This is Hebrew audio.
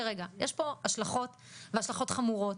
יש פה השלכות והשלכות חמורות,